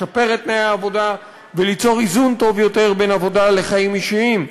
לשפר את תנאי העבודה וליצור איזון טוב יותר בין עבודה לחיים אישיים.